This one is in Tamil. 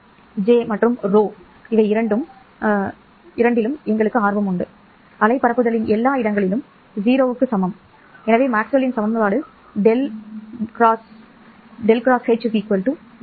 ́J மற்றும் ́ρ இல் நாங்கள் ஆர்வம் கொண்டு அலை பரப்புதலின் எல்லா இடங்களிலும் 0 க்கு சமம் எனவே மேக்ஸ்வெல்லின் சமன்பாடு V V ́H ∂ B t V